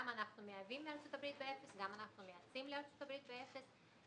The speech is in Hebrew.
גם אנחנו מייבאים לארצות הברית באפס וגם מייצאים לארצות הברית באפס.